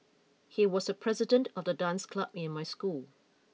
he was the president of the dance club in my school